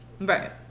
Right